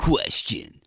Question